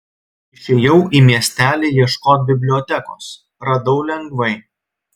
išėjau į miestelį ieškot bibliotekos radau lengvai